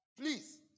please